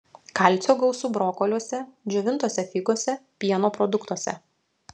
kalcio gausu brokoliuose džiovintose figose pieno produktuose